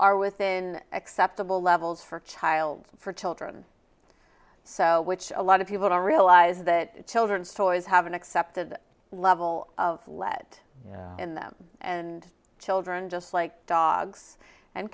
are within acceptable levels for child for children so which a lot of people don't realize that children's toys haven't accepted level of lead in them and children just like dogs and